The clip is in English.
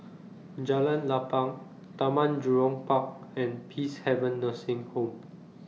Jalan Lapang Taman Jurong Park and Peacehaven Nursing Home